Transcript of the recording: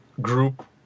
group